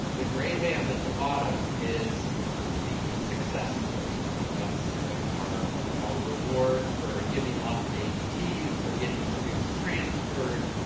the gray band at the bottom is the success portion. that's our our reward for giving lots of abts, for getting students transferred,